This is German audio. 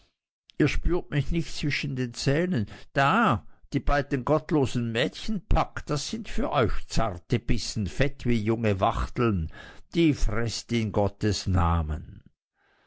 ihr spürt mich nicht zwischen den zähnen da die beiden gottlosen mädchen packt das sind für euch zarte bissen fett wie junge wachteln die freßt in gottes namen